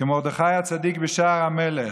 כמרדכי הצדיק בשער המלך,